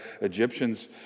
Egyptians